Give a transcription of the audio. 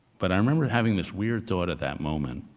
but i remember having this weird thought at that moment,